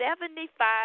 Seventy-five